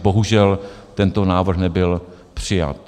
Bohužel tento návrh nebyl přijat.